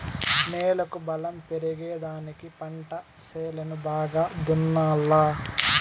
నేలకు బలం పెరిగేదానికి పంట చేలను బాగా దున్నాలా